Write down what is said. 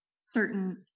certain